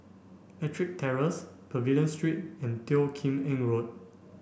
Ettrick Terrace Pavilion Street and Teo Kim Eng Road